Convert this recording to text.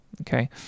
Okay